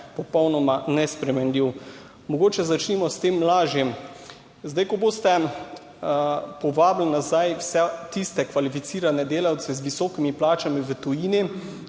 popolnoma nesprejemljiv. Mogoče začnimo s tem lažjim. Zdaj, ko boste povabili nazaj vse tiste kvalificirane delavce z visokimi plačami v tujini,